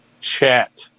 Chat